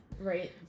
Right